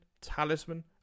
talisman